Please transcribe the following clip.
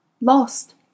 lost